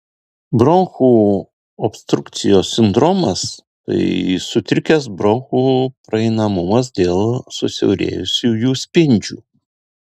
bronchų obstrukcijos sindromas sutrikęs bronchų praeinamumas dėl susiaurėjusių jų spindžių